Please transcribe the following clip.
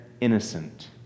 innocent